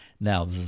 Now